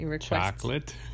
chocolate